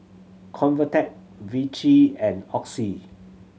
Convatec Vichy and Oxy